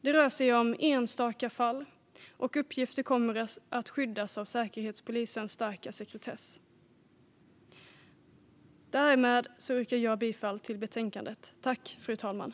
Det rör sig om enstaka fall, och uppgifter kommer att skyddas av Säkerhetspolisens starka sekretess. Därmed yrkar jag bifall till utskottets förslag i betänkandet.